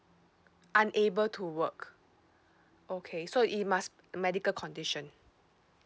unable to work okay so it must medical condition